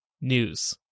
news